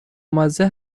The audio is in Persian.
مزه